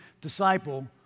disciple